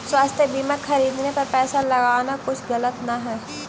स्वास्थ्य बीमा खरीदने पर पैसा लगाना कुछ गलत न हई